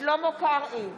שלמה קרעי,